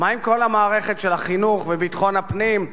מה עם כל המערכת של החינוך וביטחון הפנים,